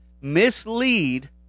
mislead